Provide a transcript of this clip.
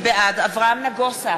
בעד אברהם נגוסה,